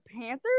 Panthers